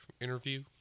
interview